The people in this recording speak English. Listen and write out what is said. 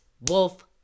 Wolf